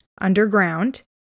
underground